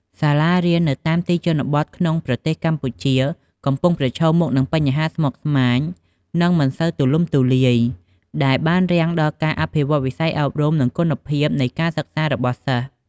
សាលារៀននៅតាមទីជនបទក្នុងប្រទេសកម្ពុជា កំពុងប្រឈមមុខនឹងបញ្ហាស្មុគស្មាញ និងមិនសូវទូលំទូលាយ ដែលបានរាំងដល់ការអភិវឌ្ឍវិស័យអប់រំ និងគុណភាពនៃការសិក្សារបស់សិស្ស។